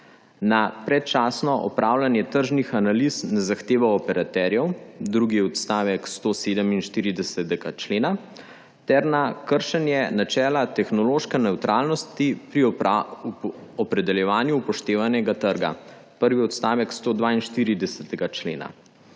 na predčasno opravljanje tržnih analiz na zahtevo operaterjev, drugi odstavek 147. člena, ter na kršenje načela tehnološke nevtralnosti pri opredeljevanju upoštevanega trga, prvi odstavek 142. člena.